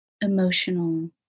emotional